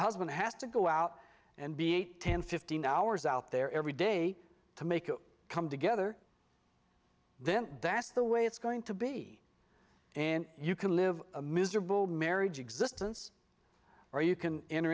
husband has to go out and be eight ten fifteen hours out there every day to make it come together then that's the way it's going to be and you can live a miserable marriage existence or you can enter